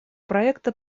проекта